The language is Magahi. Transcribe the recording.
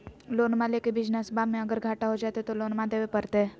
लोनमा लेके बिजनसबा मे अगर घाटा हो जयते तो लोनमा देवे परते?